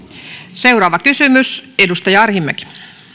seuraava kysymys edustaja arhinmäki